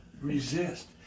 resist